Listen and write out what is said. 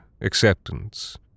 acceptance